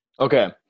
Okay